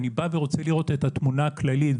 אני רוצה לראות את התמונה הכללית,